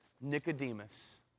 Nicodemus